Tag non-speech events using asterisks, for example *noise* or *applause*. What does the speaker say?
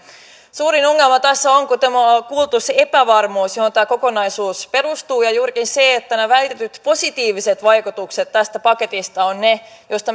suurin ongelma tässä on kun ollaan kuultu se epävarmuus johon tämä kokonaisuus perustuu juurikin se että nämä väitetyt positiiviset vaikutukset tästä paketista ovat ne joista *unintelligible*